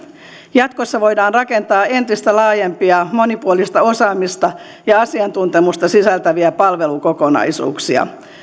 jatkossa voidaan rakentaa entistä laajempia monipuolista osaamista ja asiantuntemusta sisältäviä palvelukokonaisuuksia